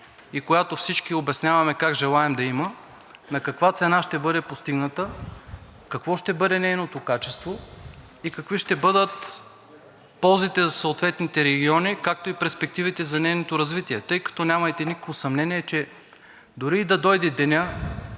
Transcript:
и която всички обясняваме как желаем да има, на каква цена ще бъде постигната, какво ще бъде нейното качество и какви ще бъдат ползите за съответните региони, както и перспективите за нейното развитие. Тъй като, нямайте никакво съмнение, че дори и да дойде денят,